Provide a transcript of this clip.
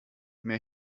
mehr